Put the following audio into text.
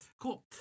Cool